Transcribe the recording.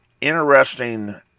interesting